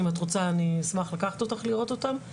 אם את רוצה אני אשמח לקחת אותך לראות אותן.